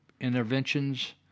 interventions